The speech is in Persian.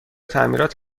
تعمیرات